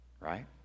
right